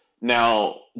now